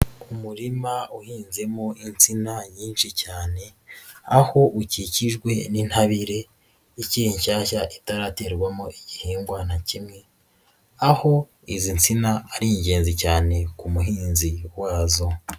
Umurima uhinzemo insina nyinshi cyane, aho ukikijwe n'intabire ikiri nshyashya itaraterwamo igihingwa na kimwe, aho izi nsina ari ingenzi cyane ku muhinzi wazo.